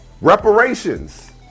Reparations